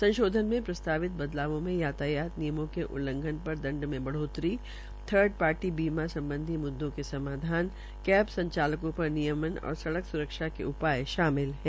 संशोधन में प्रस्तावित बदलावों में यातायात नियमों के उल्लघन पर दंड में बढ़ोतरी थर्ड पार्टी बीमा सम्बधी मुद्दों के समाधान कैब संचालकों पर नियमन और सड़क सुरक्षा के उपाय शामिल है